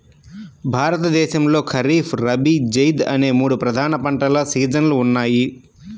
భారతదేశంలో ఖరీఫ్, రబీ, జైద్ అనే మూడు ప్రధాన పంటల సీజన్లు ఉన్నాయి